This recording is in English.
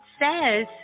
says